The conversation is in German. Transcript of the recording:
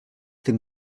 dem